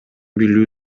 билүү